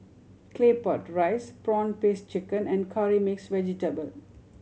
Claypot Rice prawn paste chicken and Curry Mixed Vegetable